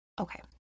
okay